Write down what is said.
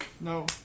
no